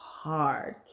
Hard